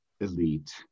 elite